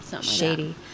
shady